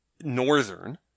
northern